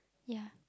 ya